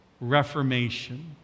Reformation